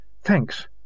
Thanks